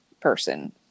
person